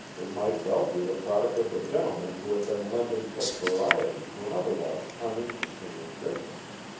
it might well be the product of the gentlemen who had been lending such variety to an otherwise uninteresting existence.